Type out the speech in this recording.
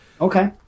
okay